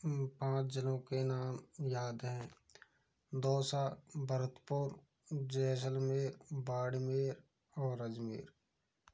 पाँच ज़िलों के नाम याद हैं दौसा भरतपुर जैसलमर बाड़मेर और अजमेर